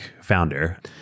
founder